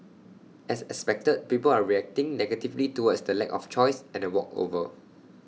as expected people are reacting negatively towards the lack of choice and A walkover